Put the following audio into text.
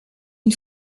une